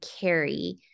carry